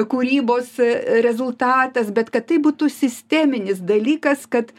kūrybos rezultatas bet kad tai būtų sisteminis dalykas kad